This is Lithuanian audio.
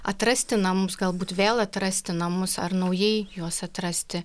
atrasti namus galbūt vėl atrasti namus ar naujai juos atrasti